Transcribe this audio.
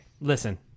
Listen